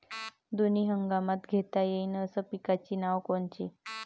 दोनी हंगामात घेता येईन अशा पिकाइची नावं कोनची?